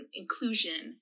inclusion